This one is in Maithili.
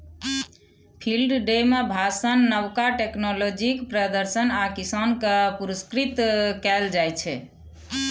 फिल्ड डे मे भाषण, नबका टेक्नोलॉजीक प्रदर्शन आ किसान केँ पुरस्कृत कएल जाइत छै